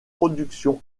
productions